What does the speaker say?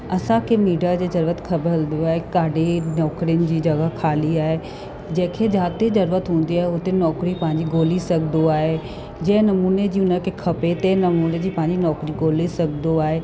असांखे मीडिया जे ज़रूरत खब हलदियूं आहे काॾे नौकिरियुनि जी जॻहि ख़ाली आहे जंहिंखें जाते ज़रूरत हूंदी आहे उते नौकिरियूं पंहिंजी ॻोल्ही सघंदो आहे जंहिं नमूने जी उन खे खपे ते नमूने जी पंहिंजी नौकिरी ॻोल्हे सघंदो आहे